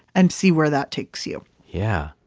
and see where that takes you yeah.